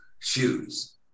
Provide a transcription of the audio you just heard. shoes